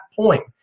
point